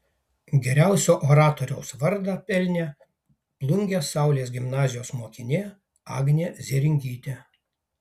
geriausio oratoriaus vardą pelnė plungės saulės gimnazijos mokinė agnė zėringytė